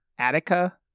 Attica